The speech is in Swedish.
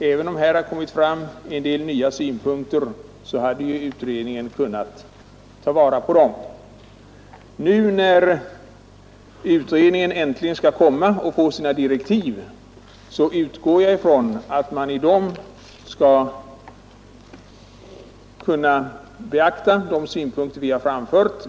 Även om här har kommit fram en del nya synpunkter så hade ju utredningen kunnat ta vara på dem. Nu när utredningen äntligen skall tillsättas och få sina direktiv utgår jag ifrån att man i dem skall kunna beakta de synpunkter som vi har framfört.